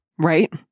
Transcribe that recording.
Right